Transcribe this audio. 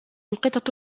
القطط